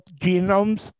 genomes